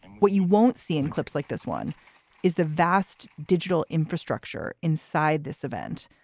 what you won't see in clips like this one is the vast digital infrastructure inside this event,